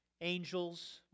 angels